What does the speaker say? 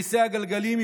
לכיסא הגלגלים,